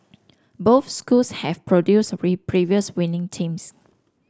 both schools have produced previous winning teams